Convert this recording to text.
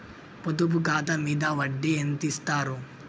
పొదుపు ఖాతా మీద వడ్డీ ఎంతిస్తరు?